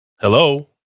Hello